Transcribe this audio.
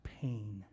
pain